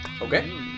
Okay